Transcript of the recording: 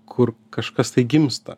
kur kažkas tai gimsta